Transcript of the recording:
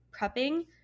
prepping